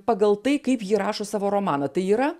pagal tai kaip ji rašo savo romaną tai yra